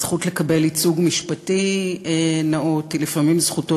הזכות לקבל ייצוג משפטי נאות היא לפעמים זכותו